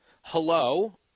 hello